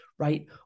right